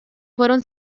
fueron